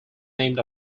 named